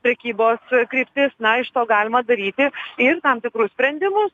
prekybos kryptis na iš to galima daryti ir tam tikrus sprendimus